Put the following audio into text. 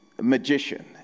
magician